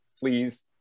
please